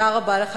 תודה רבה לך.